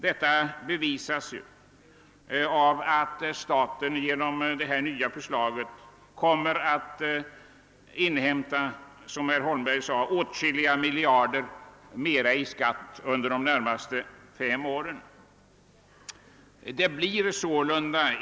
Detta framgår av att staten genom förslaget, såsom herr Holmberg sade, kommer att hämta in åtskilliga miljarder mer i skatt under de närmaste fem åren.